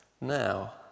now